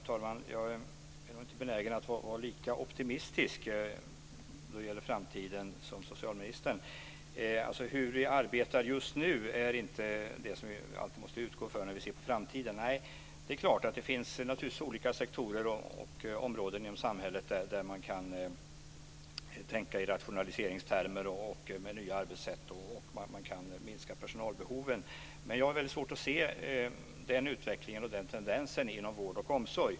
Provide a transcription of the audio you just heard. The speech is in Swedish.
Fru talman! Jag är inte benägen att vara lika optimistisk när det gäller framtiden som socialministern. Det är inte hur vi arbetar just nu som vi alltid måste utgå från när vi ser på framtiden, säger socialministern. Det är klart att det finns olika sektorer och områden inom samhället där man kan tänka i rationaliseringstermer och med nya arbetssätt minska personalbehoven. Men jag har väldigt svårt att se den utvecklingen och tendensen inom vård och omsorg.